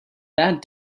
that